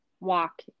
walk